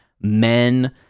men